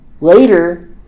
Later